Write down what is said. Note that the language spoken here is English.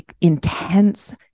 intense